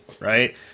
right